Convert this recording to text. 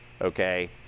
okay